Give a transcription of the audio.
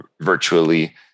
virtually